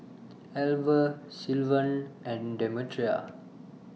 Alver Sylvan and Demetria